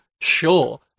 sure